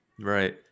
right